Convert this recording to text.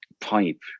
pipe